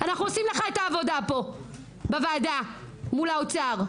אנחנו עושים לך את העבודה פה בוועדה מול האוצר,